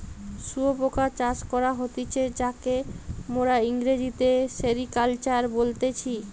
শুয়োপোকা চাষ করা হতিছে তাকে মোরা ইংরেজিতে সেরিকালচার বলতেছি